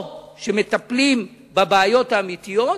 או שמטפלים בבעיות האמיתיות,